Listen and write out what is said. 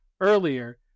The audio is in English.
earlier